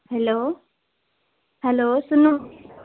hello hello सुन्नु